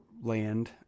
land